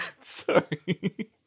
Sorry